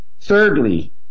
Thirdly